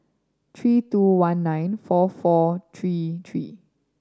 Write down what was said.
three two one nine four four three three